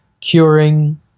curing